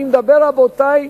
אני מדבר, רבותי,